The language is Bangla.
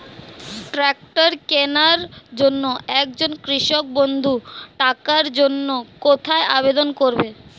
ট্রাকটার কিনার জন্য একজন কৃষক বন্ধু টাকার জন্য কোথায় আবেদন করবে?